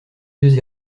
yeux